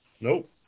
Nope